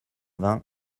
vingt